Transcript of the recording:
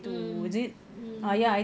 mm mm mm mm